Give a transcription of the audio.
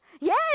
Yes